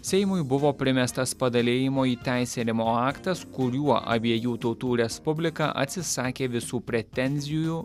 seimui buvo primestas padalijimo įteisinimo aktas kuriuo abiejų tautų respublika atsisakė visų pretenzijų